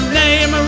name